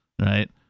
right